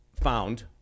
found